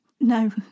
No